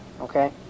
Okay